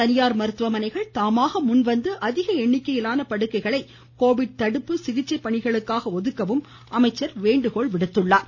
தனியார் மருத்துவமனைகள் தாமாக முன்வந்து அதிக எண்ணிக்கையிலான படுக்கைகளை கோவிட் தடுப்பு மற்றும் சிகிச்சை பணிகளுக்காக ஒதுக்கவும் அமைச்சர் வேண்டுகோள் விடுத்தார்